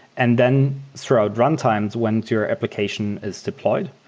and then throughout runtimes, when your application is deployed,